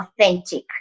authentic